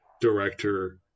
director